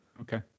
okay